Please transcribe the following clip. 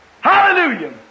Hallelujah